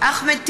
אחמד טיבי,